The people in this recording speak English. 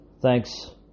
Thanks